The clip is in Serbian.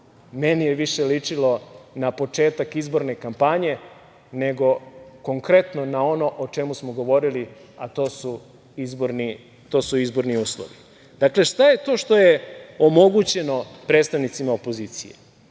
meni je više ličilo na početak izborne kampanje, nego konkretno na ono o čemu smo govorili, a to su izborni uslovi. Dakle, šta je to što je omogućeno predstavnicima opozicije?